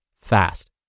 fast